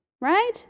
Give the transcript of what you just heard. right